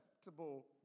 acceptable